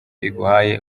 iguhaye